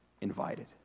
invited